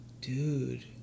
Dude